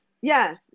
Yes